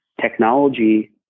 technology